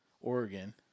Oregon